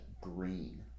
green